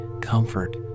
comfort